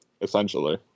Essentially